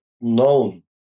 known